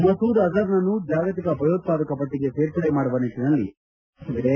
ಮಸೂದ್ ಅಜರ್ನನ್ನು ಜಾಗತಿಕ ಭಯೋತ್ಪಾದಕ ಪಟ್ಟಿಗೆ ಸೇರ್ಪಡೆ ಮಾಡುವ ನಿಟ್ಟನಲ್ಲಿ ಭಾರತಕ್ಕೆ ವಿಶ್ವಾಸವಿದೆ